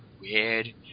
weird